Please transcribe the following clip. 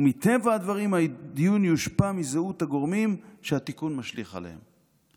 ומטבע הדברים הדיון יושפע מזהות הגורמים שהתיקון משליך עליהם".